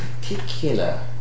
particular